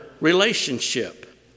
relationship